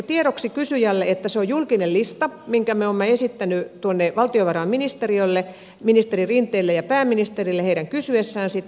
tiedoksi kysyjälle että se on julkinen lista minkä me olemme esittäneet valtiovarainministeriölle ministeri rinteelle ja pääministerille heidän kysyessään sitä